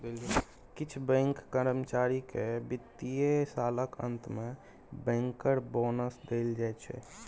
किछ बैंक कर्मचारी केँ बित्तीय सालक अंत मे बैंकर बोनस देल जाइ